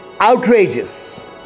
Outrageous